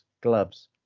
gloves